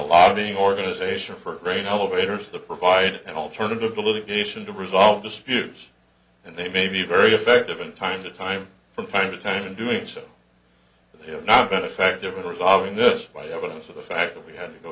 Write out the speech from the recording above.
lobbying organization for grain elevators the provide an alternative to litigation to resolve disputes and they may be very effective in time to time from time to time in doing so they have not been affected resolving this by evidence of the fact that we had to go